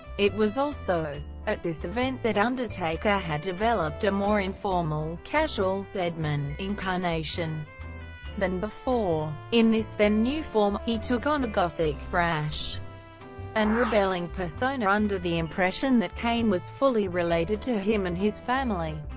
it was also at this event that undertaker had developed a more informal, casual deadman incarnation than before. in this then-new form, he took on a gothic, brash and rebelling persona under the impression that kane was fully related to him and his family.